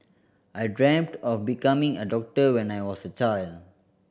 I dreamt of becoming a doctor when I was a child